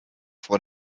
vor